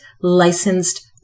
licensed